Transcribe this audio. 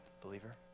believer